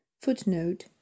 Footnote